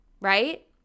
right